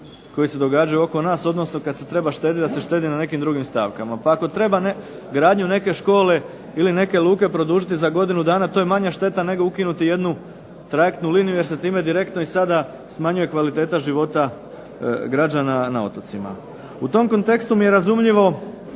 koji se događaju oko nas, odnosno kada se treba štediti neka se štedi na nekim drugim stavkama. Pa ako treba gradnju neke škole ili neke luke produžiti za godinu dana, to je manja šteta nego ukinuti jednu trajektnu liniju, jer se time i sada smanjuje kvaliteta života građana na otocima. U tom kontekstu mi je razumljiv